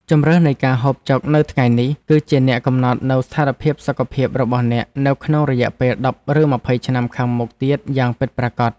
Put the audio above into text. ជម្រើសនៃការហូបចុកនៅថ្ងៃនេះ គឺជាអ្នកកំណត់នូវស្ថានភាពសុខភាពរបស់អ្នកនៅក្នុងរយៈពេលដប់ឬម្ភៃឆ្នាំខាងមុខទៀតយ៉ាងពិតប្រាកដ។